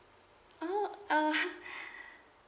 oh uh